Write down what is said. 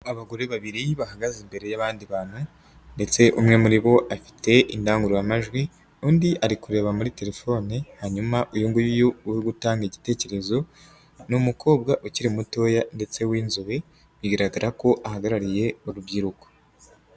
Abagore babiri bahagaze imbere y'abandi bantu ndetse umwe muri bo afite indangururamajwi undi ari kureba muri telefone hanyuma uyu nguyu uri gutanga igitekerezo ni umukobwa ukiri mutoya ndetse w'inzobe bigaragara ko ahagarariye urubyiruko.